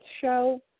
show